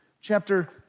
Chapter